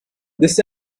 this